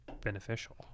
beneficial